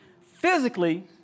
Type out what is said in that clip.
Physically